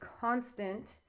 constant